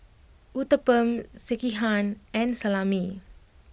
Uthapam Sekihan and Salami